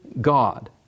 God